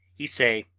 he say,